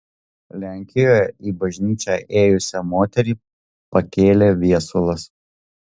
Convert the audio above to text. lenkijoje į bažnyčią ėjusią moterį pakėlė viesulas